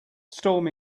storm